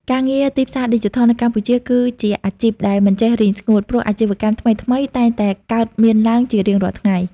ការងារទីផ្សារឌីជីថលនៅកម្ពុជាគឺជាអាជីពដែលមិនចេះរីងស្ងួត ព្រោះអាជីវកម្មថ្មីៗតែងតែកើតមានឡើងជារៀងរាល់ថ្ងៃ។